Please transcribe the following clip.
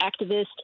activist